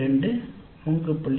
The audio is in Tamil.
2 3